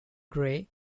grey